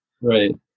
right